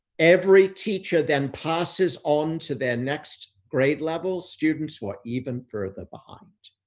every teacher then passes on to their next grade level. students were even further behind.